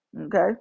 Okay